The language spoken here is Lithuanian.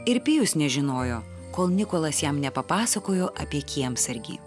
ir pijus nežinojo kol nikolas jam nepapasakojo apie kiemsargį